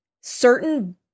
certain